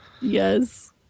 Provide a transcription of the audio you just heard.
Yes